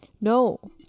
no